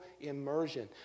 immersion